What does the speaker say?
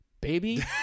Baby